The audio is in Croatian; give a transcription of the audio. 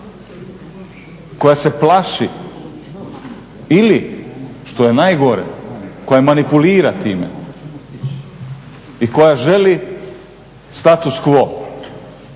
koja se plaši ili što je najgore koja manipulira time i koja želi status quo